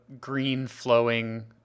green-flowing